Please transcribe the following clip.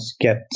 get